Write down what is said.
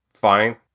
fine